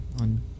on